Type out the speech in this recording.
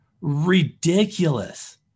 ridiculous